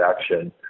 action